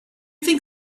think